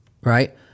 right